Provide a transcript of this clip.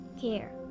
care